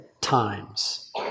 times